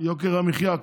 יוקר המחיה.